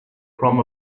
from